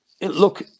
look